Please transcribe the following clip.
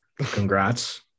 Congrats